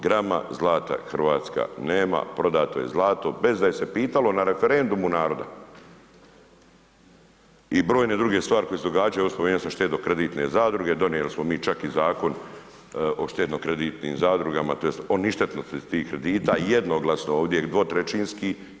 Grama zlata Hrvatska nema, prodato je zlato bez da se je pitalo na referendumu naroda i brojne druge stvari koje su se događale, evo spomenuo sam štedno-kreditne zadruge donijeli smo mi čak i Zakon o štedno-kreditnim zadrugama, o ništetnosti tih kredita i jednoglasno ovdje 2/